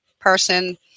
person